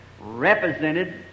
represented